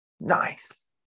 Nice